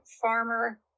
farmer